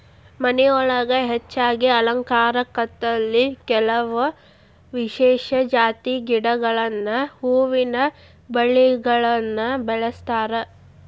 ಮನಿಯೊಳಗ ಹೆಚ್ಚಾಗಿ ಅಲಂಕಾರಕ್ಕಂತೇಳಿ ಕೆಲವ ವಿಶೇಷ ಜಾತಿ ಗಿಡಗಳನ್ನ ಹೂವಿನ ಬಳ್ಳಿಗಳನ್ನ ಬೆಳಸ್ತಾರ